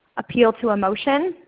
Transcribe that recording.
appeal to emotion,